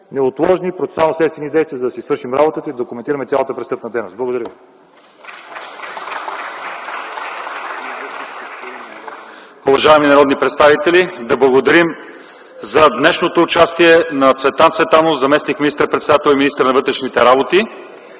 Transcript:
неотложни процесуално следствени действия, за да си свършим работата и да документираме цялата престъпна дейност. Благодаря ви.